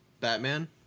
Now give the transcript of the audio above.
Batman